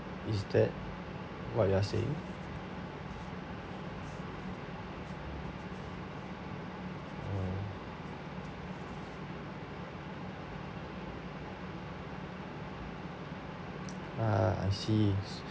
is that what you are saying mm ah I see